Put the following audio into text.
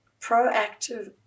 proactive